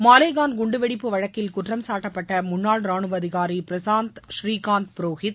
மாலேகான் குண்டுவெடிப்பு வழக்கில் குற்றம் சாட்டப்பட்ட முன்னாள் ரானுவ அதிகாரி பிரசாந்த் ஸ்ரீனந்த் புரோஹித்